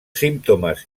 símptomes